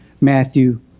Matthew